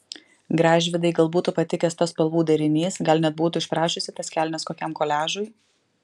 gražvydai gal būtų patikęs tas spalvų derinys gal net būtų išprašiusi tas kelnes kokiam koliažui